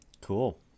Cool